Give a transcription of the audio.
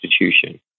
institution